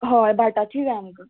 हय बाटाची जाय आमकां